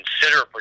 consider